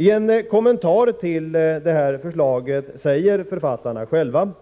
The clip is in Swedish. I en kommentar till detta förslag säger författarna själva: